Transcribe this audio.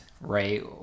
right